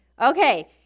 Okay